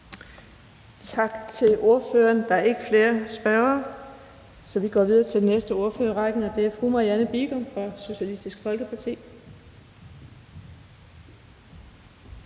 Tak til ordføreren. Der er ikke flere spørgere. Så går vi videre til den næste ordfører i rækken, og det er fru Marianne Bigum fra Socialistisk Folkeparti.